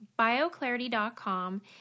bioclarity.com